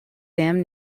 damn